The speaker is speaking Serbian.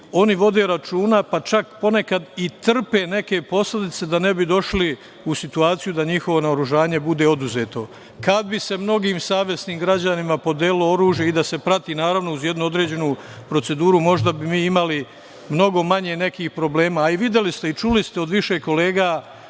oni vode računa, pa čak ponekad i trpe neke posledice da ne bi došli u situaciju da njihovo naoružanje bude oduzeto. Kad bi se mnogim savesnim građanima podelilo oružje i da se prati, naravno uz jednu određenu proceduru, možda bi mi imali mnogo manje nekih problema. Videli ste i čuli ste od više kolega